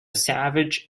savage